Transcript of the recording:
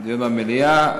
דיון במליאה.